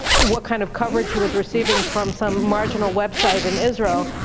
what kind of coverage he was receiving from some marginal website in israel.